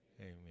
amen